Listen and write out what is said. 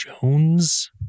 Jones